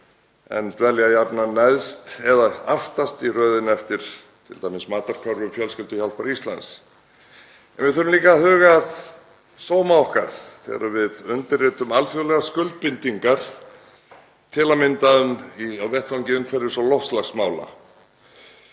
en dvelja jafnan neðst eða aftast í röðinni eftir t.d. matarkörfu Fjölskylduhjálpar Íslands. En við þurfum líka að huga að sóma okkar þegar við undirrituðum alþjóðlegar skuldbindingar til að mynda á vettvangi umhverfis- og loftslagsmála.